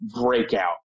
breakout